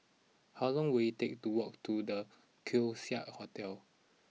how long will it take to walk to The Keong Saik Hotel